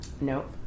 Nope